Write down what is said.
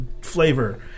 flavor